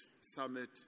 Summit